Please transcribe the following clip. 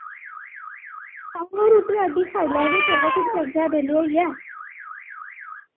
आहो रुट्टी राटी खाई लाओ ते चलो फिर चलचै बेह्ल्ले होइयै